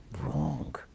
Wrong